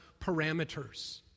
parameters